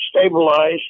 stabilize